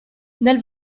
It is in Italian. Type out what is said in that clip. nel